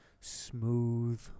smooth